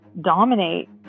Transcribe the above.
dominate